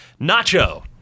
nacho